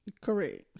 Correct